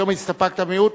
היום הסתפקת במועט,